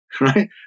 right